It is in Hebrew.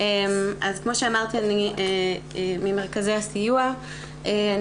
אני היועצת המשפטית של איגוד מרכזי הסיוע לנפגעות ונפגעי תקיפה מינית.